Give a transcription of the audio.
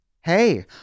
Hey